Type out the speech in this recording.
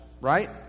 right